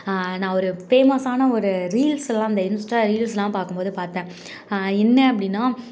நான் ஒரு பேமஸான ஒரு ரீல்ஸ்ல்லாம் இந்த இன்ஸ்ட்டா ரீல்ஸ்லாம் பார்க்கும்போது பாத்தேன் என்ன அப்படினா